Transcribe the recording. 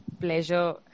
pleasure